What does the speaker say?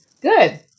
Good